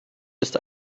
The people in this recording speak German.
ist